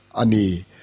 ani